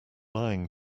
lying